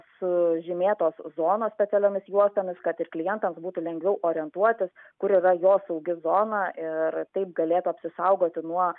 sužymėtos zonos specialiomis juostomis kad ir klientams būtų lengviau orientuotis kur yra jo saugi zona ir taip galėtų apsisaugoti nuo